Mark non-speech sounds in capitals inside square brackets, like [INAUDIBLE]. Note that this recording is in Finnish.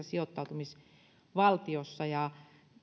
[UNINTELLIGIBLE] sijoittautumisvaltiossa